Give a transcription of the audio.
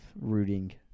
rooting